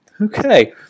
Okay